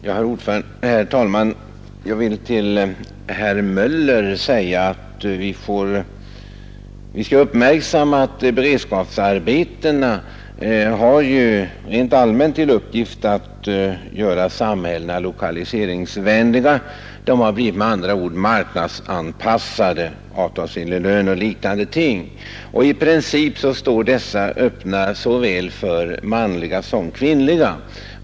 Herr talman! Jag vill till herr Möller i Göteborg säga att vi skall uppmärksamma att beredskapsarbetena rent allmänt har bl.a. till uppgift att göra samhällena lokaliseringsvänliga. De har blivit med andra ord marknadsanpassade, med avtalsenlig lön och liknande. I princip står de öppna för såväl manliga som kvinnliga arbetssökande.